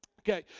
Okay